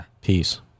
Peace